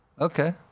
Okay